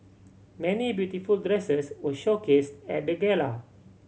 many beautiful dresses were showcased at the gala